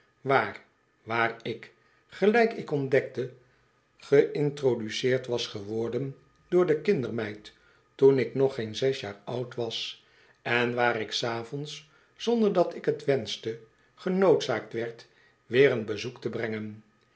waar waar ik gelijk ik ontdekte geïntroduceerd was geworden door de kindermeid toen ik nog geen zes jaar oud was en waar ik s avonds zonder dat ik t wenschte genoodzaakt werd weer een bezoek te brengen